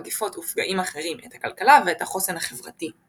מגפות ופגעים אחרים את הכלכלה ואת החוסן החברתי.